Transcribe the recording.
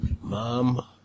Mom